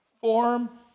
form